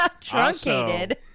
Truncated